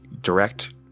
direct